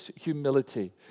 humility